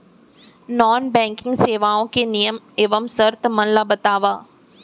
non banking सेवाओं के नियम एवं शर्त मन ला बतावव